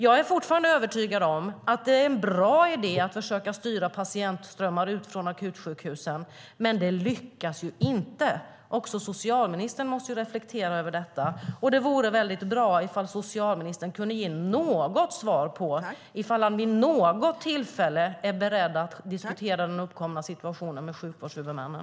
Jag är fortfarande övertygad om att det är en bra idé att försöka styra patientströmmar ut från akutsjukhusen, men det lyckas ju inte. Även socialministern måste väl reflektera över detta. Det vore bra om socialministern kunde säga ifall han vid något tillfälle är beredd att diskutera den uppkomna situationen med sjukvårdshuvudmännen.